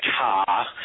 car